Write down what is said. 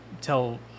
tell